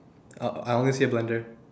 uh I only see a blender